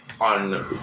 On